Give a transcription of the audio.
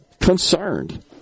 concerned